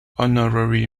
honorary